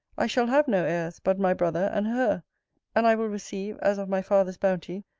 i shall have no heirs, but my brother and her and i will receive, as of my father's bounty,